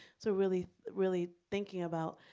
so really, really thinking about,